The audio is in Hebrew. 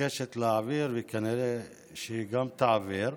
מבקשת להעביר וכנראה שהיא גם תעביר.